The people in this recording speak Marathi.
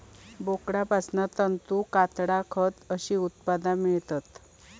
बोकडांपासना तंतू, कातडा, खत अशी उत्पादना मेळतत